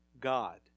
God